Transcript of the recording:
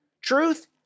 truth